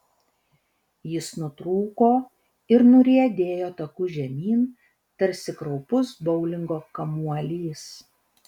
jis nutrūko ir nuriedėjo taku žemyn tarsi kraupus boulingo kamuolys